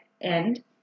end